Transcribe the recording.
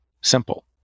simple